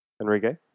Enrique